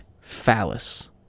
phallus